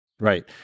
Right